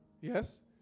yes